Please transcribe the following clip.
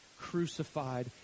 crucified